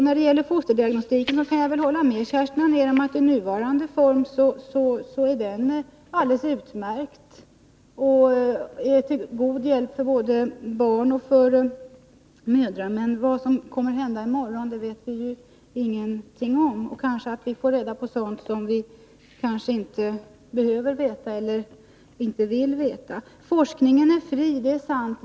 När det gäller fosterdiagnostiken kan jag hålla med Kerstin Anér om att den i nuvarande form är alldeles utmärkt och till god hjälp både för barn och mödrar. Men vad som kommer att hända i morgon vet vi ingenting om. Kanske vi får reda på sådant som vi inte behöver veta eller inte vill veta. Forskningen är fri, det är sant.